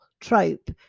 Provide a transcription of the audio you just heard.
trope